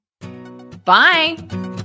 Bye